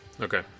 Okay